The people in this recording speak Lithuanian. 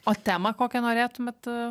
o temą kokią norėtumėt